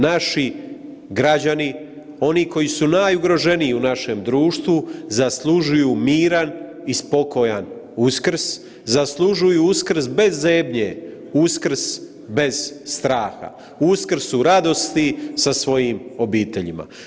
Naši građani oni koji su najugroženiji u našem društvu zaslužuju miran i spokojan Uskrs, zaslužuju Uskrs bez zebnje, Uskrs bez straha, Uskrs u radosti sa svojim obiteljima.